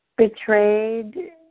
Betrayed